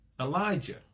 Elijah